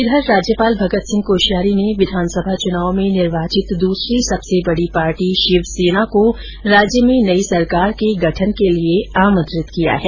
इधर राज्यपाल भगत सिंह कोश्यारी ने विधानसभा चुनाव में निर्वाचित दूसरी सबसे बड़ी पार्टी शिवसेना को राज्य में नई सरकार के गठन के लिए आमंत्रित किया है